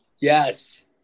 yes